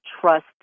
trust